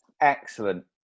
Excellent